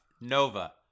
Nova